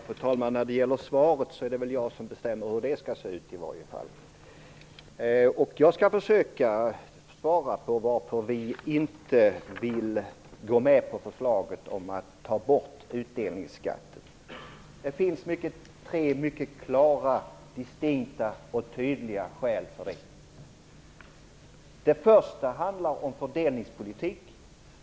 Fru talman! När det gäller svaret är det väl i varje fall jag som bestämmer hur det skall se ut. Jag skall försöka förklara varför vi inte vill gå med på förslaget om att ta bort utdelningsskatten. Det finns tre mycket klara, distinkta och tydliga skäl för det. Det första handlar om fördelningspolitik.